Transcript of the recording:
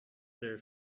their